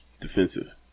defensive